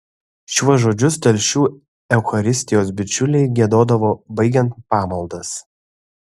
šiuos žodžius telšių eucharistijos bičiuliai giedodavo baigiant pamaldas